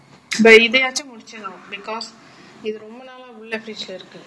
இதையாச்சும் முடிச்சரனும்:ithayachum mudicharanum because இது ரொம்ப நாளா உள்ள:ithu romba naala ulla fridge இருக்கு:iruku